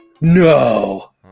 no